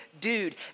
dude